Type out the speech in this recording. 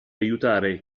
aiutare